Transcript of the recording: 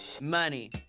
money